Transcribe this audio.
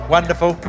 Wonderful